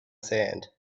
sand